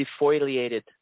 defoliated